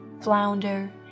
flounder